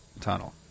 Tunnel